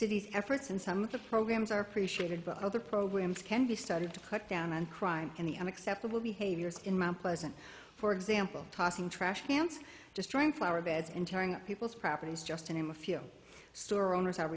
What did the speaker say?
city's efforts and some of the programs are appreciated but other programs can be started to cut down on crime and the unacceptable behaviors in mount pleasant for example tossing trash cans destroying flower beds and tearing up people's properties just to name a few store owners are